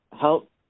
help